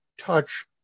touch